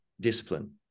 discipline